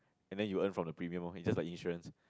and then you earn from the premiere mode is just insurance